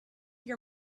your